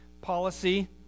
Policy